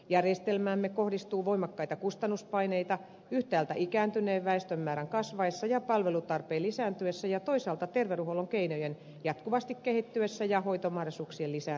järjestelmäämme kohdistuu voimakkaita kustannuspaineita yhtäältä ikääntyneen väestön määrän kasvaessa ja palvelutarpeen lisääntyessä ja toisaalta terveydenhuollon keinojen jatkuvasti kehittyessä ja hoitomahdollisuuksien lisääntyessä